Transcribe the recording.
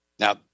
Now